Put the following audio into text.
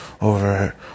over